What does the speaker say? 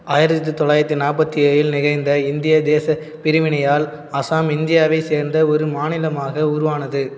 ஆயிரத்தி தொள்ளாயிரத்தி நாற்பத்தி ஏழில் நிகழ்ந்த இந்திய தேச பிரிவினையால் அசாம் இந்தியாவை சேர்ந்த ஒரு மாநிலமாக உருவானது